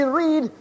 read